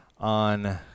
on